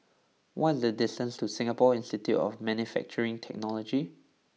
what is the distance to Singapore Institute of Manufacturing Technology